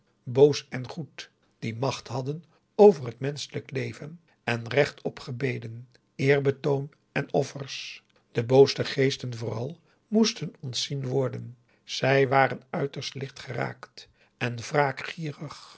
boos en goed die macht hadden over het menschelijk leven en recht op gebeden eer betoon en offers de booze geesten vooral moesten ontzien worden zij waren uiterst licht geraakt en wraakgierig